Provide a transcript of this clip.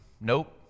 Nope